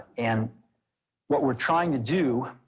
and what we're trying to do,